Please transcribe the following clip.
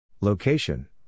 Location